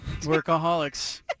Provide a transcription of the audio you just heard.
Workaholics